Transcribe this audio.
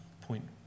point